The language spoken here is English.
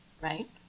right